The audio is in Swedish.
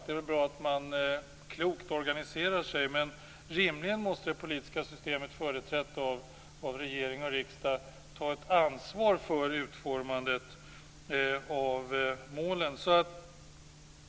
Det är väl bra att man organiserar sig klokt, men rimligen måste det politiska systemet företrätt av regering och riksdag ta ett ansvar för utformandet av målen.